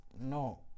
no